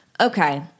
Okay